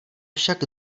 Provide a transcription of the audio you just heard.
však